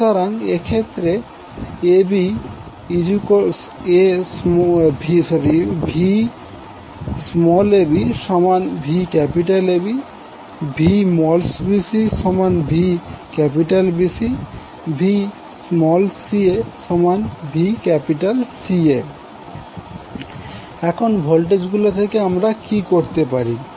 সুতরাং এক্ষেত্রে VabVAB VbcVBC VcaVCA এখন ভোল্টেজ গুলো থেকে আমরা কি করতে পারি